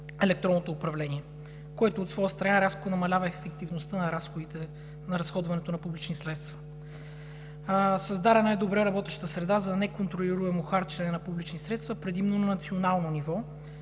електронното управление, което от своя страна рязко намалява ефективността на разходването на публични средства. Създадена е добре работеща среда за неконтролируемо харчене на публични средства, предимно на национално ниво,